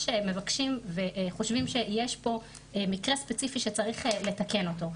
מבקשים וחושבים שיש פה מקרה ספציפי שצריך לתקן אותו.